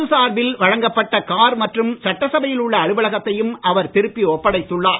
அரசு சார்பில் வழங்கப்பட்ட கார் மற்றும் சட்டசபையில் உள்ள அலுவலகத்தையும் அவர் திருப்பி ஒப்படைத்துள்ளார்